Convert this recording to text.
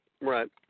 Right